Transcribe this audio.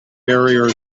barrier